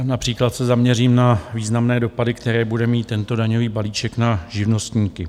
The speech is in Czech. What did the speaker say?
Například se zaměřím na významné dopady, které bude mít tento daňový balíček na živnostníky.